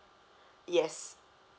yes